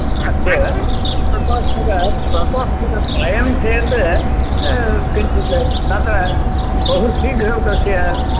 अस्त्येव प्रकोष्ठक प्रकोष्ठक त्रयं चेत् किञ्चित् तत् बहु शीघ्रं तस्य